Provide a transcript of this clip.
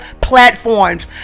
platforms